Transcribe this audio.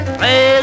Play